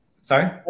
sorry